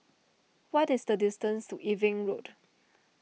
what is the distance to Irving Road